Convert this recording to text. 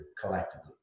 collectively